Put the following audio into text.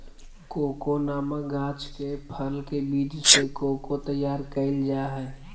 cocoa नामक गाछ के फल के बीज से कोको तैयार कइल जा हइ